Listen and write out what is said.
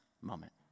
moment